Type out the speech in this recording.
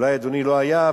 ואולי אדוני לא היה,